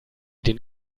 den